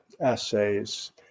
essays